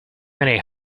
many